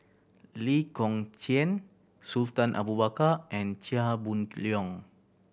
Lee Kong Chian Sultan Abu Bakar and Chia Boon Leong